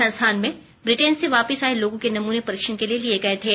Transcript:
संस्थान में ब्रिटेन से वापिस आए लोगों के नमूने परीक्षण के लिए लिये गए थे